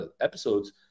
episodes